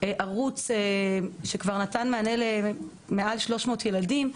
ערוץ שכבר נתן מענה למעל 300 ילדים,